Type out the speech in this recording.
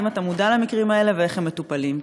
האם אתה מודע למקרים האלה ואיך הם מטופלים?